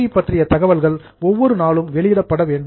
we பற்றிய தகவல்கள் ஒவ்வொரு நாளும் வெளியிடப்பட வேண்டும்